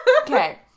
Okay